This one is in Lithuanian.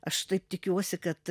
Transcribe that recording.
aš taip tikiuosi kad